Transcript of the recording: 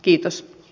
kiitos